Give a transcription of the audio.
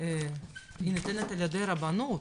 היא ניתנת על ידי הרבנות,